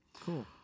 Cool